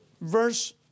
verse